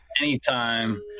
anytime